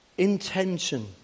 intention